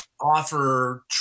offer